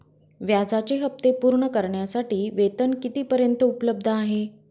व्याजाचे हप्ते पूर्ण करण्यासाठी वेतन किती पर्यंत उपलब्ध आहे?